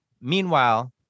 Meanwhile